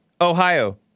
Ohio